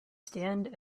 stand